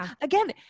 again